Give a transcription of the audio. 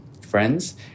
friends